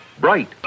bright